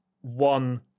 one